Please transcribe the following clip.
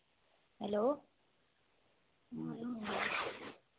hello